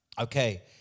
Okay